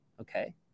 Okay